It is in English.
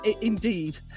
indeed